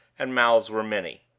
and mouths were many.